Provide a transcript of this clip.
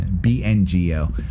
B-N-G-O